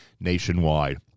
nationwide